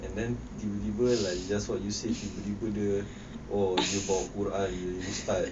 and then tiba-tiba like just what you said tiba-tiba dia oh dia bawa quran jadi ustaz